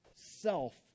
self